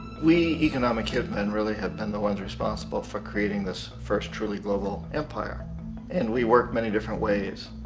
we, economic hit men, really have been the ones responsible for creating this first truly global empire and we work many different ways.